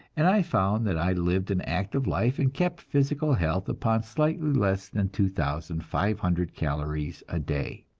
and i found that i lived an active life and kept physical health upon slightly less than two thousand five hundred calories a day.